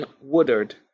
Woodard